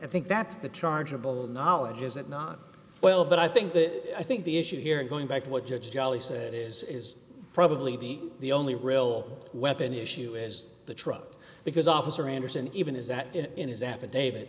i think that's the chargeable knowledge is it not well but i think that i think the issue here going back to what judge jolly said is is probably the the only real weapon issue is the truck because officer anderson even is that in his affidavit